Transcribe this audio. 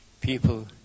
people